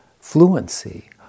fluency